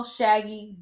Shaggy